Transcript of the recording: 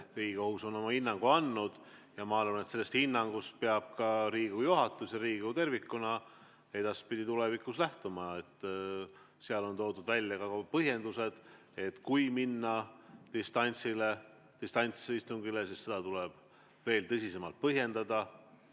Riigikohus on oma hinnangu andnud. Ma arvan, et sellest hinnangust peab ka Riigikogu juhatus ja Riigikogu tervikuna edaspidi lähtuma. Seal on toodud välja ka põhjendused, et kui minna distantsistungile, siis seda tuleb veel tõsisemalt põhjendada.